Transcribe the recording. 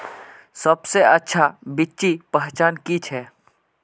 सबसे अच्छा बिच्ची पहचान की छे?